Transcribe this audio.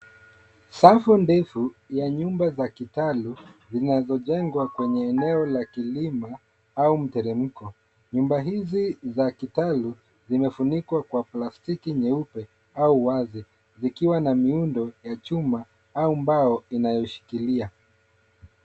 Safu ndefu ya nyumba za kitalu zinazojengwa kwenye eneo la kilima au mteremko. Nyumba hizi za kitalu zimefunikwa kwa plastiki nyeupe au wazi, zikiwa na muundo wa chuma au mbao inayoshikilia.